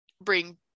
bring